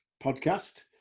podcast